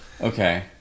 Okay